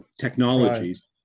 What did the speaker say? technologies